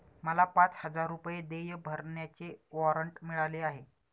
मला पाच हजार रुपये देय भरण्याचे वॉरंट मिळाले आहे